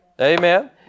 Amen